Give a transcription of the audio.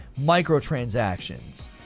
microtransactions